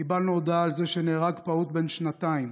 קיבלנו הודעה שנהרג פעוט בן שנתיים